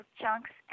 chunks